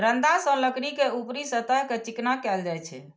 रंदा सं लकड़ी के ऊपरी सतह कें चिकना कैल जाइ छै